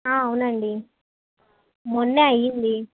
అవునండి మొన్నే అయ్యింది